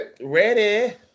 Ready